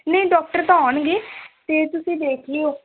ਨਹੀਂ ਡਾਕਟਰ ਤਾਂ ਆਉਣਗੇ ਅਤੇ ਤੁਸੀਂ ਦੇਖ ਲਿਓ